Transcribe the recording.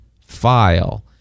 file